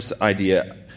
idea